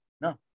No